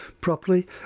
properly